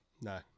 no